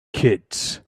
kids